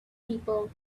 people